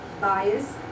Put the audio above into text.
Bias